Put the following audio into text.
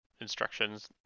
instructions